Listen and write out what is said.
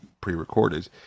pre-recorded